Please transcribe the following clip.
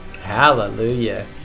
Hallelujah